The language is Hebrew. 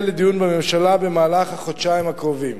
לדיון בממשלה במהלך החודשיים הקרובים.